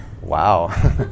Wow